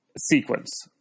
Sequence